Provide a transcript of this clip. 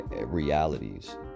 realities